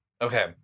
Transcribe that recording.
Okay